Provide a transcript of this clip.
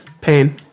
Pain